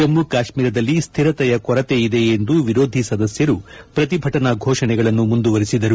ಜಮ್ನು ಕಾತ್ತೀರದಲ್ಲಿ ಸ್ಲಿರತೆಯ ಕೊರತೆ ಇದೆ ಎಂದು ವಿರೋಧಿ ಸದಸ್ನರು ಪ್ರತಿಭಟನಾ ಫೋಷಣೆಗಳನ್ನು ಮುಂದುವರಿಸಿದರು